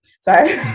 Sorry